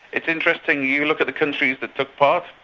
it's interesting, you look at the countries that took part,